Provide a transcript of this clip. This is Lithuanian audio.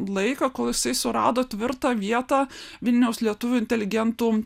laiką kol jisai surado tvirtą vietą vilniaus lietuvių inteligentų